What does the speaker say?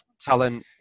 talent